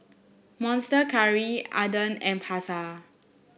Monster Curry Aden and Pasar